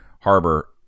harbor